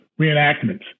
reenactments